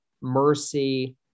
mercy